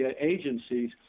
agencies